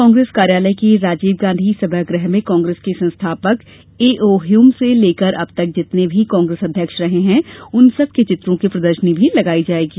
प्रदेश कांग्रेस कार्यालय के राजीव गांधी सभागृह में कांग्रेस के संस्थापक एओह्यूम से लेकर अब तक जितने भी कांग्रेस अध्यक्ष रहे है उन सब के चित्रों की प्रदर्शनी भी लगायी जाएगी